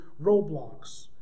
roadblocks